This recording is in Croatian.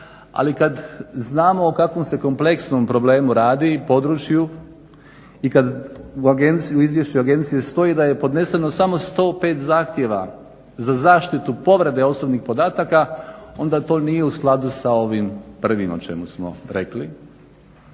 Ali kad znamo o kakvom se kompleksnom problemu radi, području i kad u Izvješću agencije stoji da je podneseno samo 105 zahtjeva za zaštitu povrede osobnih podataka, onda to nije u skladu sa ovim prvim o čemu smo rekli.